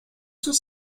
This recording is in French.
sont